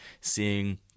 seeing